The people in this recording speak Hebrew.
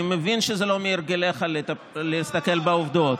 אני מבין שזה לא מהרגליך להסתכל בעובדות,